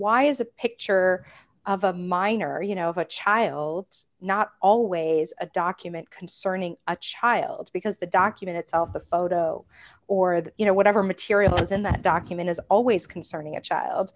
why is a picture of a minor you know of a child it's not always a document concerning a child because the document itself the photo or the you know whatever material is in that document is always concerning a child